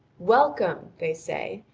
welcome, they say,